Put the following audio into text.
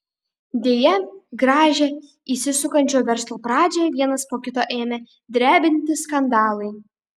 deja gražią įsisukančio verslo pradžią vienas po kito ėmė drebinti skandalai